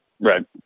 right